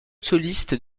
solistes